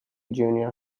junior